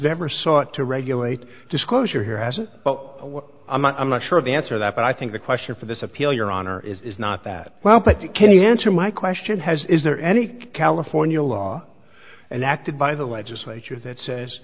never sought to regulate disclosure here hasn't well i'm not sure of the answer that but i think the question for this appeal your honor is not that well but can you answer my question has is there any california law and acted by the legislature that says